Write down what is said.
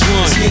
one